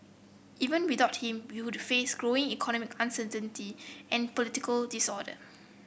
even without him we would face growing economic uncertainty and political disorder